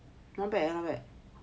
not bad not bad